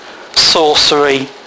sorcery